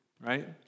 Right